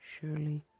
surely